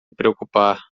preocupar